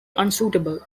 unsuitable